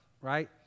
right